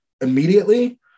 immediately